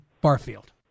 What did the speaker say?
Barfield